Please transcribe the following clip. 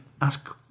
ask